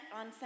on